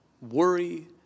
worry